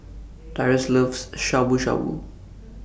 Tyrus loves Shabu Shabu